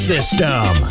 System